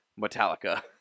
Metallica